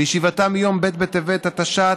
בישיבתה ביום ב' בטבת התשע"ט,